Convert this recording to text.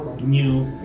new